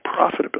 profitability